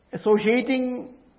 Associating